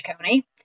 County